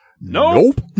nope